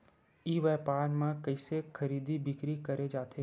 ई व्यापार म कइसे खरीदी बिक्री करे जाथे?